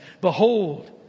Behold